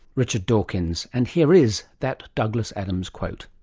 richard dawkins. and here is that douglas adams quote.